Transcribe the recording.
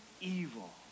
evil